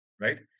right